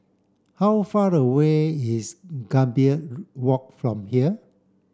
how far away is Gambir Walk from here